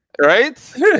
Right